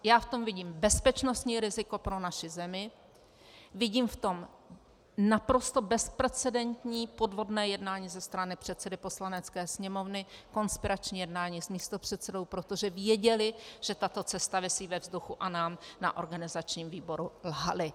Já v tom vidím bezpečnostní riziko pro naši zemi, vidím v tom naprosto bezprecedentní podvodné jednání ze strany předsedy Poslanecké sněmovny, konspirační jednání s místopředsedou, protože věděli, že tato cesta visí ve vzduchu, a nám na organizačním výboru lhali.